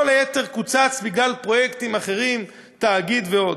כל היתר קוצץ בגלל פרויקטים אחרים, תאגיד ועוד.